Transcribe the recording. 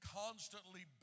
constantly